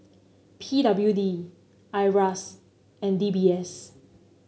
P W D Iras and D B S